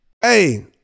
Hey